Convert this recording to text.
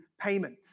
payment